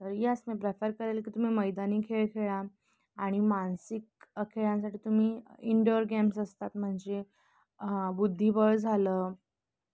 तर यस मी प्रेफर करेल की तुम्ही मैदानी खेळ खेळा आणि मानसिक खेळांसाठी तुम्ही इनडोअर गेम्स असतात म्हणजे बुद्धिबळ झालं